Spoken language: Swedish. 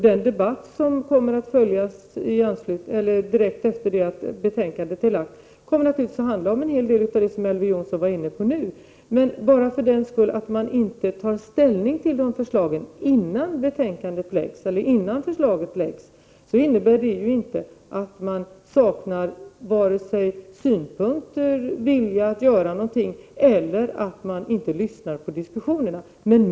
Den debatt som kommer att föras direkt efter det att betänkandet är lagt kommer naturligtvis att handla om en hel del av det som Elver Jonsson var inne på nu. Men att man inte tar ställning till det förslaget innan betänkandet läggs, innebär inte att man saknar vare sig synpunkter eller vilja att göra något eller att man inte lyssnar på diskussionerna.